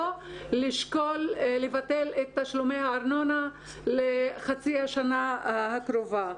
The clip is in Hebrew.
- לשקול לבטל את תשלומי הארנונה לחצי השנה הקרובה.